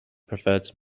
prefers